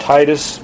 Titus